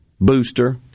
booster